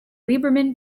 liberman